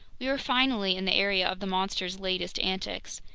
we were finally in the area of the monster's latest antics!